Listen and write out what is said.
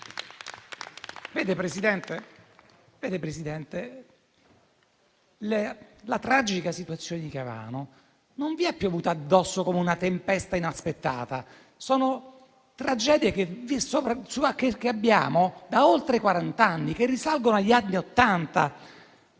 Vede, Presidente, la tragica situazione di Caivano non ci è piovuta addosso come una tempesta inaspettata. Sono tragedie che abbiamo da oltre quarant'anni, che risalgono agli anni '80.